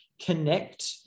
connect